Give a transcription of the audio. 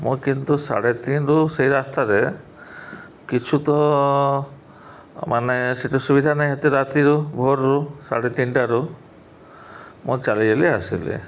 ମୁଁ କିନ୍ତୁ ସାଢ଼େ ତିନିରୁ ସେଇ ରାସ୍ତାରେ କିଛୁ ତ ମାନେ ସେଠି ସୁବିଧା ନାଇଁ ହେତେ ରାତିରୁ ଭୋରରୁ ସାଢ଼େ ତିନିଟାରୁ ମୁଁ ଚାଲିଗଲି ଆସିଲେ